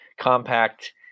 compact